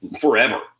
forever